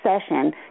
session